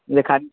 एखादं